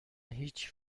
هیچ